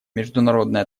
международные